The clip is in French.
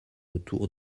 autour